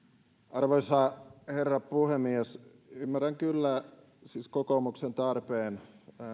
arvoisa herra puhemies ymmärrän kyllä siis kokoomuksen tarpeen